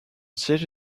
siège